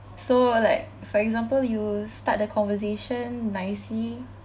so like for example you start the conversation nicely